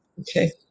Okay